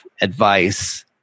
advice